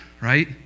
right